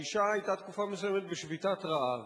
האשה היתה תקופה מסוימת בשביתת רעב.